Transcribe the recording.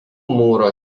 mūro